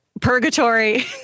purgatory